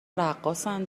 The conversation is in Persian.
رقاصن